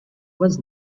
was